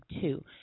two